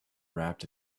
wrapped